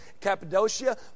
Cappadocia